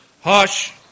hush